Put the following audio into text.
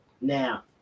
now